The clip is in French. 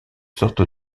sortes